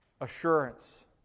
assurance